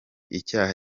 icyaha